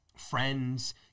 friends